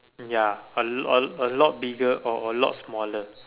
ya a a a lot bigger or a lot smaller